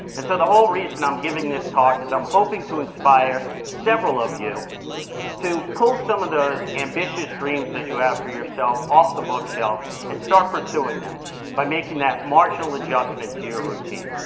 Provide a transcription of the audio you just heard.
and so the whole reason i'm giving this talk is i'm hoping to inspire several of you to pull some of those ambitious dreams that you have for yourself off the bookshelf and start pursuing them by making that marginal adjustment to your routine.